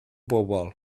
bobl